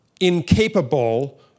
incapable